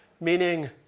meaning